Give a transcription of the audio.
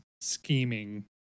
scheming